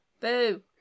Boo